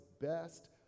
best